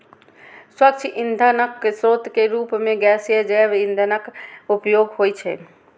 स्वच्छ ईंधनक स्रोत के रूप मे गैसीय जैव ईंधनक उपयोग होइ छै